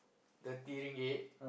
thirty ringgit